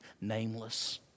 nameless